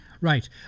right